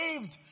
saved